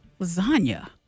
Lasagna